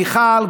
מיכל,